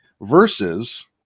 versus